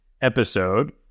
episode